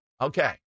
Okay